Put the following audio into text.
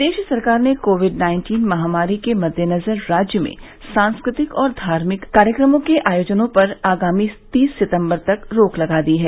प्रदेश सरकार ने COVID nineteen महामारी के मद्देनजर राज्य में सांस्कृतिक और धार्मिक कार्यक्रमों के आयोजन पर आगामी तीस सितम्बर तक रोक लगा दी है